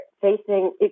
facing